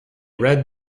read